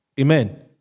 Amen